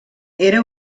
era